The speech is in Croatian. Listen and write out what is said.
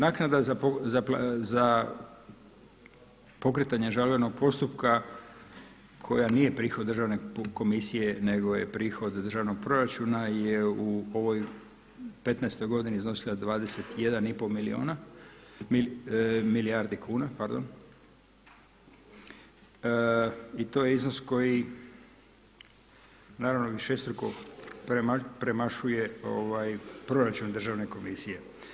Naknada za pokretanje žalbenog postupka koja nije prihod državne komisije nego je prihod državnog proračuna je u ovoj 2015. godini iznosila 21,5 milijardi kuna i to je iznos koji naravno višestruko premašuje proračun državne komisije.